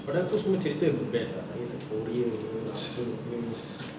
pada aku semua cerita best ah korea ke apa ke